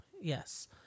yes